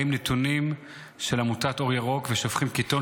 באים נתונים של עמותת אור ירוק ושופכים קיטון